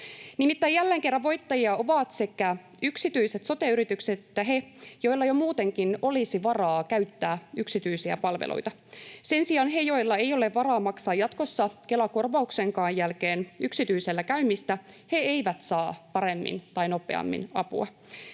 Nimittäin jälleen kerran voittajia ovat sekä yksityiset sote-yritykset että he, joilla jo muutenkin olisi varaa käyttää yksityisiä palveluita. Sen sijaan he, joilla ei ole varaa maksaa jatkossa Kela-korvauksenkaan jälkeen yksityisellä käymistä, eivät saa paremmin tai nopeammin apua.